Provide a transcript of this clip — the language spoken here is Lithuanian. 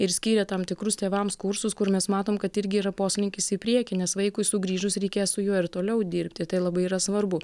ir skyrė tam tikrus tėvams kursus kur mes matom kad irgi yra poslinkis į priekį nes vaikui sugrįžus reikės su juo ir toliau dirbti tai labai yra svarbu